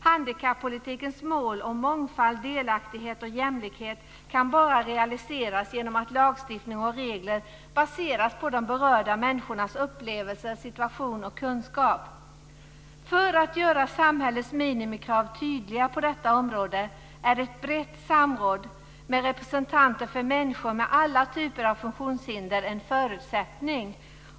Handikappolitikens mål om mångfald, delaktighet och jämlikhet kan bara realiseras genom att lagstiftning och regler baseras på de berörda människornas upplevelser, situation och kunskap. För att göra samhällets minimikrav tydliga på detta område är ett brett samråd, med representanter för människor med alla typer av funktionshinder, en förutsättning.